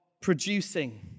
producing